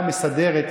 הכול בסדר.